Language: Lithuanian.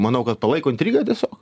manau kad palaiko intrigą tiesiog